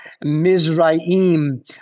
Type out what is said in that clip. Mizraim